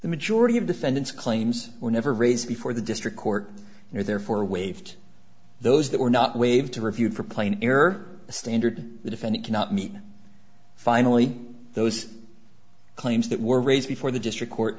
the majority of defendants claims were never raised before the district court and are therefore waived those that were not waived to reviewed for plain error the standard the defendant cannot meet finally those claims that were raised before the district court